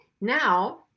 Now